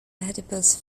adipose